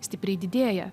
stipriai didėja